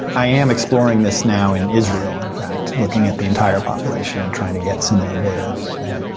i am exploring this now in israel, in fact, looking at the entire population and trying to get similar data there.